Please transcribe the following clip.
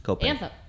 Anthem